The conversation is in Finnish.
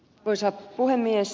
arvoisa puhemies